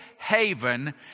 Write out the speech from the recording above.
haven